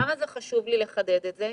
למה חשוב לי לחדד את זה?